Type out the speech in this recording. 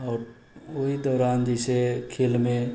आओर ओहि दौरान जे छै खेलमे